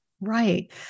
Right